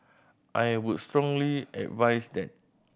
I would strongly advise that